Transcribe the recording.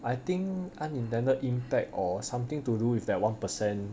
I think unintended impact or something to do with that one percent